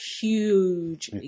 huge